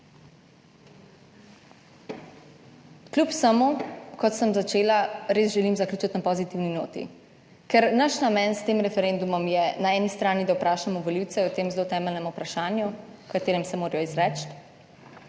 Kljub vsemu, kot sem začela, res želim zaključiti na pozitivni noti, ker naš namen s tem referendumom je na eni strani, da vprašamo volivce o tem zelo temeljnem vprašanju, o katerem se morajo izreči.